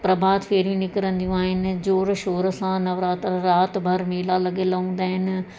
प्रभात फेरियूं निकिरंदियूं आहिनि ज़ोरु शोर सां नव राति राति भर मेला लॻल हूंदा आहिनि